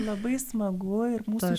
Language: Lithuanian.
labai smagu ir mūsų